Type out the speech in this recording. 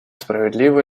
справедливо